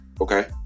Okay